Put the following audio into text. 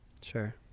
Sure